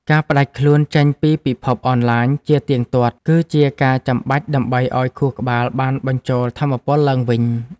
ការផ្ដាច់ខ្លួនចេញពីពិភពអនឡាញ ជាទៀងទាត់ គឺជាការចាំបាច់ដើម្បីឱ្យខួរក្បាលបានបញ្ចូលថាមពលឡើងវិញ។